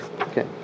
Okay